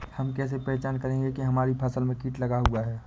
हम कैसे पहचान करेंगे की हमारी फसल में कीट लगा हुआ है?